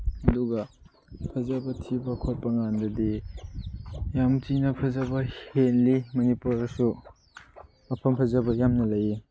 ꯑꯗꯨꯒ ꯐꯖꯕ ꯊꯤꯕ ꯈꯣꯠꯄ ꯀꯥꯟꯗꯗꯤ ꯌꯥꯝ ꯊꯤꯅ ꯐꯖꯕ ꯍꯦꯜꯂꯤ ꯃꯅꯤꯄꯨꯔꯗꯁꯨ ꯃꯐꯝ ꯐꯖꯕ ꯌꯥꯝꯅ ꯂꯩꯌꯦ